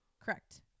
Correct